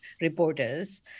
reporters